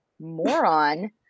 moron